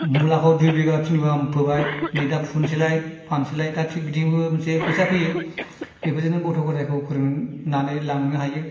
मुलाखौ दुइ बिगा तिन बिगा फोबाय नै दा फुनोसैलाय फानसैलाय थिक बिदिबो मोनसे फैसा फैयो बेफोरजोंनो गथ' गथयखौ फोरोंनानै लांनो हायो